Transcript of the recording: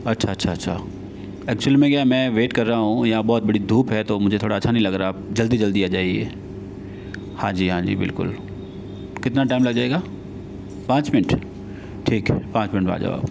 अच्छा अच्छा अच्छा एक्चुअल्ली में क्या है मैं वेट कर रहा हूँ यहाँ बहुत बड़ी धूप है तो मुझे थोड़ा अच्छा नहीं लग रहा जल्दी जल्दी आ जाइए हाँ जी हाँ जी बिल्कुल कितना टाइम लग जाएगा पाँच मिनट ठीक है पाँच मिनट में आ जाओ आप